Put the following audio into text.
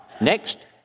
next